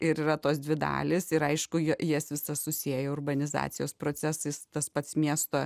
ir yra tos dvi dalys ir aišku jas visas susieja urbanizacijos procesais tas pats miesto